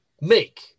make